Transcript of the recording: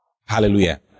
Hallelujah